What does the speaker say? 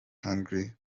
hungry